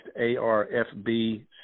ARFB